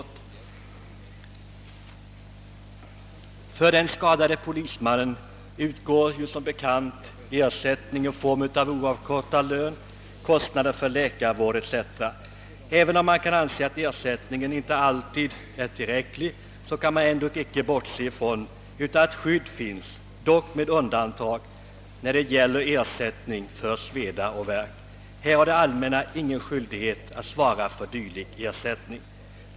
Till en i tjänst skadad polisman utgår som bekant ersättning i form av oavkortad lön samt ersättning för läkarvård o.s.v. även om den ersättningen kanske inte alltid kan anses vara tillräcklig finns det ändock ett visst skydd där, dock inte när det gäller ersättningen för sveda och värk. Det allmänna har ingen skyldighet att svara för sådan ersättning.